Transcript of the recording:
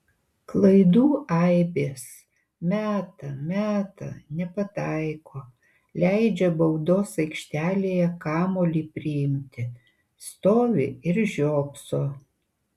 klaidų aibės meta meta nepataiko leidžia baudos aikštelėje kamuolį priimti stovi ir žiopso